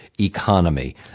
economy